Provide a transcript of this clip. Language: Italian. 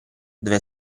deve